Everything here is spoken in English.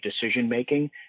decision-making